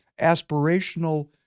aspirational